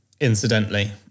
incidentally